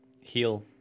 heal